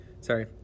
sorry